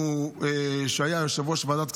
שהיה יושב-ראש ועדת הכספים,